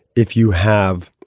if you have.